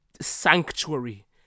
sanctuary